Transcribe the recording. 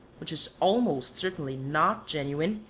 which is almost certainly not genuine,